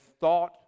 thought